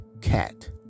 cat